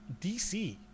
DC